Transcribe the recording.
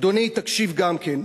אדוני, תקשיב גם כן.